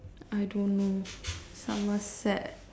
I don't know Somerset